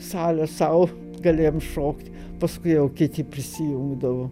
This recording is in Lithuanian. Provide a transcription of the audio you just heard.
salę sau galėjom šokt paskui jau kiti prisijungdavo